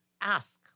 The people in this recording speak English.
ask